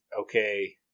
okay